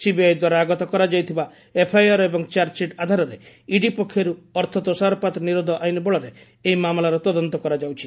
CBI ଦ୍ୱାରା ଆଗତ କରାଯାଇଥିବା ଏଫ୍ଆଇଆର୍ ଏବଂ ଚାର୍ଜସିଟ୍ ଆଧାରରେ ଇଡି ପକ୍ଷରୁ ଅର୍ଥ ତୋଷଶରପାତ ନିରୋଧ ଆଇନ୍ ବଳରେ ଏହି ମାମଲାର ତଦନ୍ତ କରାଯାଉଛି